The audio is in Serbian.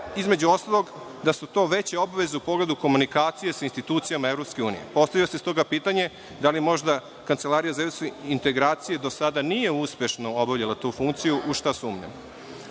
između ostalog, da su to veće obaveze u pogledu komunikacije sa institucijama EU. Postavlja se stoga pitanje – da li možda Kancelarija za evropske integracije do sada nije uspešno obavljala tu funkciju, a u šta sumnjam. Kao